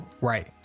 Right